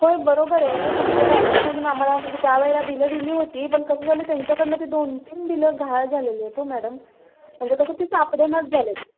होय बरोबर आहे तुमच्या फार्मसीमधून आम्हाला म्हणजे त्यावेळेला बिलं दिली होती पण कसं झालं त्यांच्याकडून ती दोन तीन बिलं गहाळ झालेली आहेत हो मॅडम म्हणजे कसं ते सापडेनाच झाले आहे